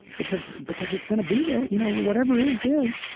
because because it's going to be there. you know whatever is, is.